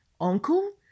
Uncle